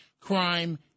crime